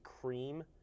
cream